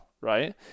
right